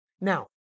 Now